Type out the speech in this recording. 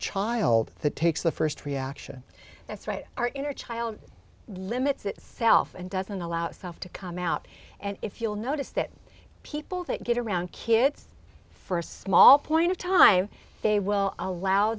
child that takes the first reaction that's right our inner child limits itself and doesn't allow itself to come out and if you'll notice that people that get around kids for a small point of time they will allow